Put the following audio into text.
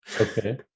okay